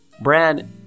Brad